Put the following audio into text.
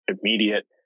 immediate